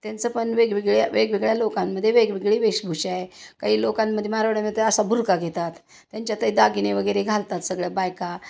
त्यांचं पण वेगवेगळ्या वेगवेगळ्या लोकांमध्ये वेगवेगळी वेशभूषा आहे काही लोकांमध्ये मारवड्यामध्ये असा बुरखा घेतात त्यांच्यात दागिने वगैरे घालतात सगळ्या बायका